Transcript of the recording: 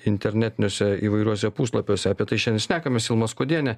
internetiniuose įvairiuose puslapiuose apie tai šiandien šnekamės ilma skuodienė